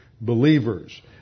believers